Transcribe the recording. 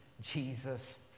Jesus